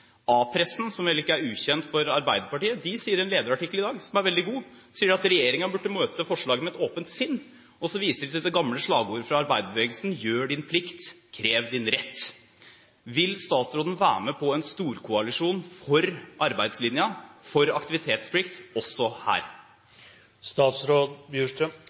som heller ikke er ukjent for Arbeiderpartiet, sier i en lederartikkel i dag, som er veldig god, at regjeringen burde møte forslaget med et åpent sinn, og så viser de til det gamle slagordet fra arbeiderbevegelsen, gjør din plikt, krev din rett. Vil statsråden være med på en storkoalisjon for arbeidslinjen, for aktivitetsplikt, også